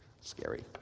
scary